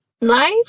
Life